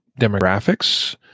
demographics